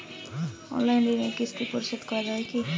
Online ঋণের কিস্তি পরিশোধ করা যায় কি?